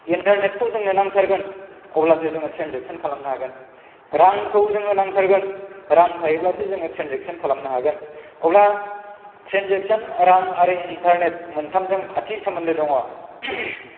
इन्टारनेटखौ जोंनो नांथारगोन अब्लासो जोङो ट्रेनजेकसन खालामनो हागोन रांखौ जोंनो नांथारगोन रां थायोब्लासो जोङो ट्रेनजेकसन खालामनो हागोन अब्ला ट्रेनजेकसन रां आरो इन्टारनेट मोनथामजों खाथि सोमोन्दो दङ